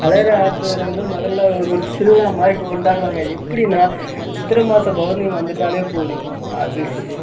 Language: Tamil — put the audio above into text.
அழகரு ஆற்றுல இறங்குறது மொதலில் ஒரு திருவிழா மாதிரி கொண்டாடுவாங்க எப்படின்னா சித்திரை மாதம் பௌர்ணமி வந்துவிட்டாலே போதும் அது